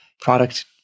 product